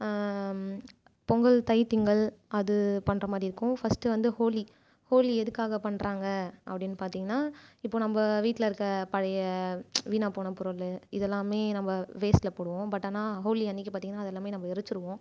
பொங்கல் தை திங்கள் அது பண்ணுற மாதிரி இருக்கும் ஃபர்ஸ்டு வந்து ஹோலி ஹோலி எதுக்காக பண்ணுறாங்க அப்படின்னு பார்த்திங்கன்னா இப்போ நம்ம வீட்டில் இருக்கிற பழைய வீனாக போன பொருள் இதெல்லாமே நம்ப வேஸ்ட்டில் போடுவோம் பட் ஆனால் ஹோலி அன்றைக்கு பார்த்திங்கன்னா அதலாமே நம்ப எரிச்சுடுவோம்